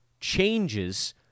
changes